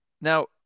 Now